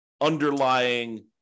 underlying